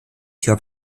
jörg